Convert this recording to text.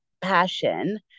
passion